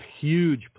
huge